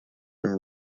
been